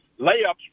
layups